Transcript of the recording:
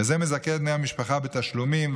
וזה מזכה את בני המשפחה בתשלומים,